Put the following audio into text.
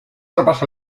tropas